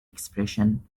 expression